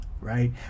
right